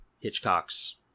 Hitchcock's